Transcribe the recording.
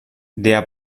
der